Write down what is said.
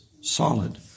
solid